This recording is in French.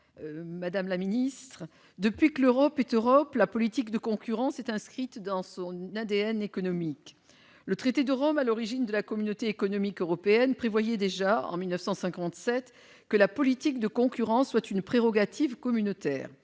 chers collègues, depuis que l'Europe est l'Europe, la politique de concurrence est inscrite dans son ADN économique. Le traité de Rome, à l'origine de la Communauté économique européenne, prévoyait déjà, en 1957, que la politique de concurrence est une prérogative communautaire.